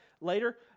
later